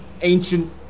ancient